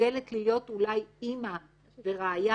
מסוגלת להיות אולי אימא ורעיה